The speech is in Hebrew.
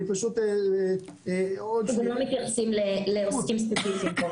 אנחנו לא מתייחסים לעוסקים ספציפיים.